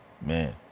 Man